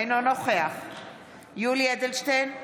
אינו נוכח יולי יואל אדלשטיין,